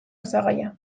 osagaia